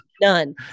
none